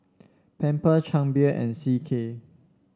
Pampers Chang Beer and C K